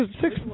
six